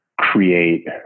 create